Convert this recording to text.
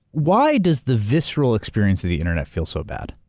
why does the visceral experience of the internet feel so bad?